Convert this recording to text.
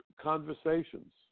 conversations